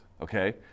okay